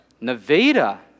Nevada